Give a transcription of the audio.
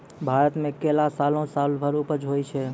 भारत मे केला सालो सालो भर उपज होय छै